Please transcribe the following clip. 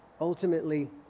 ultimately